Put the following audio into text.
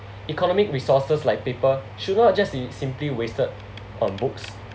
economic resources like paper should not just be simply wasted on books